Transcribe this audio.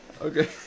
Okay